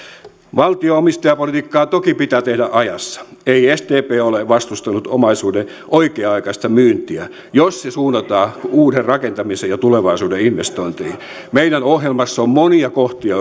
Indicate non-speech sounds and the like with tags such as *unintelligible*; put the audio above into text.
valtion omistajapolitiikkaa toki pitää tehdä ajassa ei sdp ole vastustanut omaisuuden oikea aikaista myyntiä jos se suunnataan uuden rakentamiseen ja tulevaisuuden investointeihin meidän ohjelmassamme on monia kohtia *unintelligible*